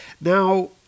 Now